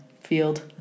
field